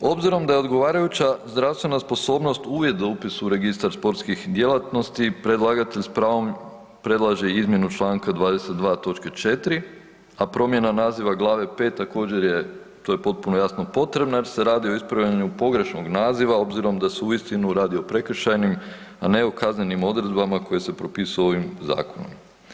Obzirom da je odgovarajuća zdravstvena sposobnost uvjet za upis u registar sportskih djelatnosti, predlagatelj s pravom predlaže izmjenu čl. 22. točke 4., a promjena naziva glave V također jer to je potpuno jasno potrebna jer se radi o ispravljanju pogrešnog naziva, a obzirom da se uistinu radi o prekršajnim, a ne o kaznenim odredbama koje se propisuju ovim zakonom.